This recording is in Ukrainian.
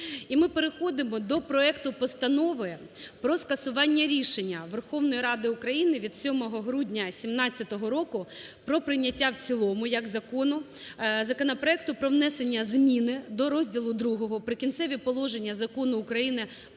І ми переходимо до проекту Постанови про скасування рішення Верховної Ради України від 7 грудня 2017 року про прийняття в цілому як закону законопроекту про внесення зміни до розділу ІІ "Прикінцеві положення" Закону України